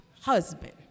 husband